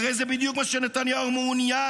הרי זה בדיוק מה שנתניהו מעוניין,